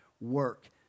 work